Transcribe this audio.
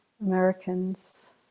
Americans